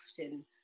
often